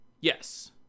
Yes